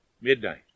midnight